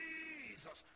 Jesus